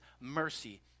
mercy